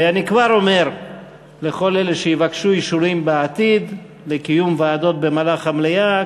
אני כבר אומר לכל אלה שיבקשו אישורים בעתיד לקיום ועדות במהלך המליאה,